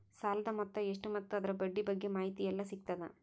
ಸಾಲದ ಮೊತ್ತ ಎಷ್ಟ ಮತ್ತು ಅದರ ಬಡ್ಡಿ ಬಗ್ಗೆ ಮಾಹಿತಿ ಎಲ್ಲ ಸಿಗತದ?